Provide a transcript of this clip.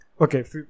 Okay